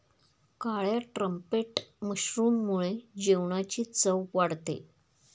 काळ्या ट्रम्पेट मशरूममुळे जेवणाची चव वाढते